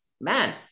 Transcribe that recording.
man